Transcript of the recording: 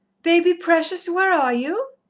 baby, precious, where are you?